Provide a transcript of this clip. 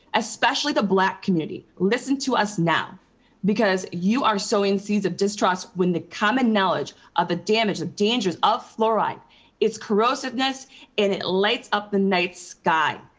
especially the black community. listen to us now because you are sowing seeds of distrust when the common knowledge of the damage of dangers of fluoride it's corrosiveness and it lights up the night sky.